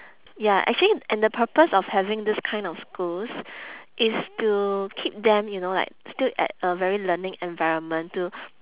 ya actually and the purpose of having this kind of schools is to keep them you know like still at a very learning environment to